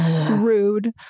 rude